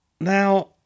Now